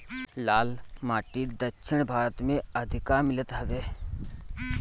लाल माटी दक्षिण भारत में अधिका मिलत हवे